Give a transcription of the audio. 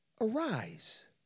Arise